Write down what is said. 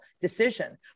decision